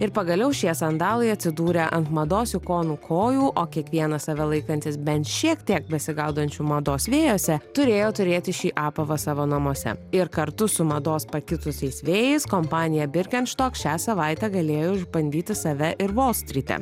ir pagaliau šie sandalai atsidūrė ant mados ikonų kojų o kiekvienas save laikantis bent šiek tiek besigaudančiu mados vėjuose turėjo turėti šį apavą savo namuose ir kartu su mados pakitusiais vėjais kompanija birkenstock šią savaitę galėjo išbandyti save ir volstryte